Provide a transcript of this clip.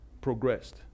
progressed